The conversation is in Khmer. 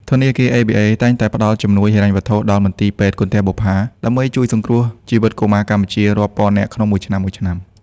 ធនាគារ ABA តែងតែផ្តល់ជំនួយហិរញ្ញវត្ថុដល់ មន្ទីរពេទ្យគន្ធបុប្ផា ដើម្បីជួយសង្គ្រោះជីវិតកុមារកម្ពុជារាប់ពាន់នាក់ក្នុងមួយឆ្នាំៗ។